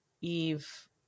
eve